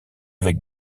avec